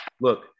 look